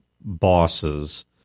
bosses